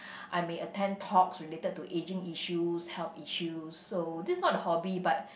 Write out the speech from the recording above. I may attend talks related to ageing issues health issues so this is not a hobby but